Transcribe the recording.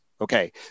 Okay